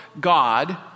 God